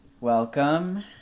Welcome